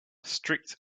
strict